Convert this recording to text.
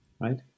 right